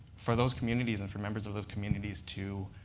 for those communities and for members of those communities to